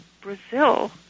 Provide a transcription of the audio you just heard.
Brazil